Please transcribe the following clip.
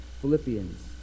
Philippians